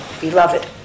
beloved